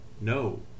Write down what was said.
No